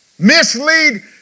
Mislead